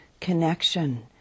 connection